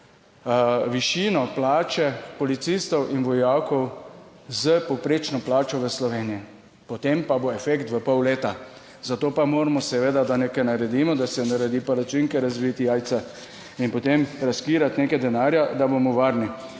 višino plače policistov in vojakov, s povprečno plačo v Sloveniji. Potem pa bo efekt v pol leta. Zato pa moramo seveda, da nekaj naredimo, da se naredi palačinke, razbiti jajca in potem reskirati nekaj denarja, da bomo varni.